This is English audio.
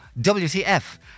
WTF